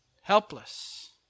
Helpless